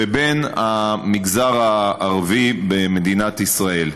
ובין המגזר הערבי במדינת ישראל.